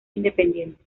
independiente